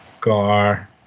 Gar